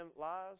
lies